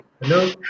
Hello